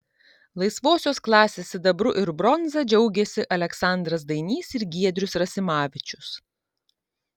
laisvosios klasės sidabru ir bronza džiaugėsi aleksandras dainys ir giedrius rasimavičius